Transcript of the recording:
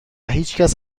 هیچکس